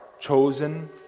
chosen